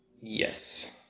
Yes